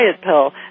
pill